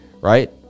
right